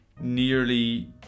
nearly